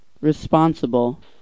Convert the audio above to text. responsible